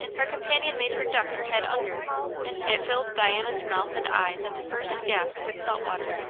her companion made her duck her head under it filled diana's mouth and eyes at the first gasp with salt water,